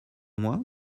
moi